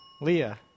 Leah